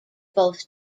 both